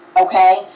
Okay